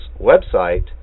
website